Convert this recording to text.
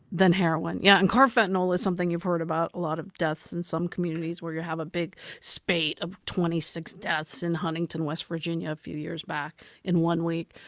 than heroin. yeah, and carfentanyl is something you've heard about, a lot of deaths in some communities, where you have a big spate of twenty six deaths in huntington, west virginia, a few years back in one week.